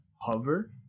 hover